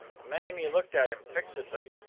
mamie looked at him fixedly.